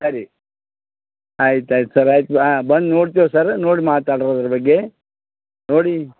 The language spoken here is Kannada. ಸರಿ ಆಯ್ತು ಆಯ್ತು ಸರ್ ಆಯ್ತು ಹಾಂ ಬಂದು ನೋಡ್ತೇವೆ ಸರ್ ನೋಡಿ ಮಾತಾಡು ಅದ್ರ ಬಗ್ಗೆ ನೋಡಿ